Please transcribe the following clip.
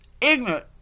Ignorant